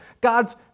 God's